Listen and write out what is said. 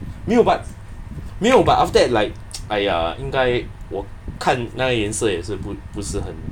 没有 but 没有 but after that like !aiya! 应该我看那颜色也是不不是很